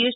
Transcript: S